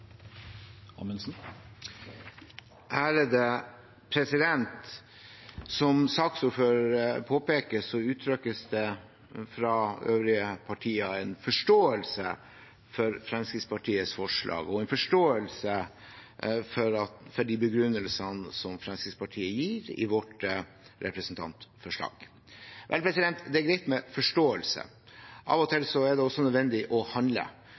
Som saksordføreren påpeker, uttrykkes det fra øvrige partier en forståelse for Fremskrittspartiets forslag og en forståelse for de begrunnelsene som Fremskrittspartiet gir i vårt representantforslag. Vel, det er greit med forståelse. Av og til er det også nødvendig å handle,